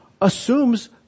assumes